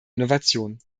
innovation